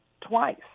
twice